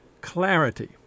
clarity